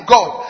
God